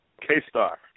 K-Star